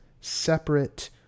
separate